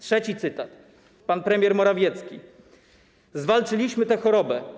Trzeci cytat, pan premier Morawiecki: Zwalczyliśmy tę chorobę.